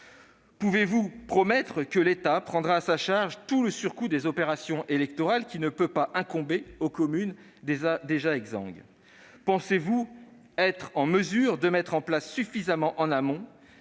Pouvez-vous promettre que l'État prendra à sa charge l'ensemble du surcoût des opérations électorales, lequel ne peut pas incomber à des communes déjà exsangues ? Pensez-vous être en mesure de mettre en place suffisamment en amont